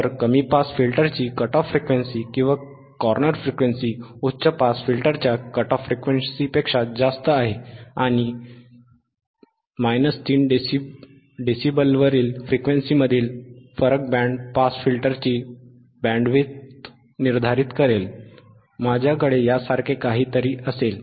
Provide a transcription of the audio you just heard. तर कमी पास फिल्टरची कट ऑफ फ्रिक्वेन्सी किंवा कॉर्नर फ्रिक्वेन्सी उच्च पास फिल्टरच्या कट ऑफ फ्रिक्वेन्सीपेक्षा जास्त आहे आणि 3 डीबीवरील फ्रिक्वेन्सीमधील फरक बँड पास फिल्टरची बँडविड्थ निर्धारित करेल माझ्याकडे यासारखे काहीतरी असेल